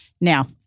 Now